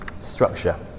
structure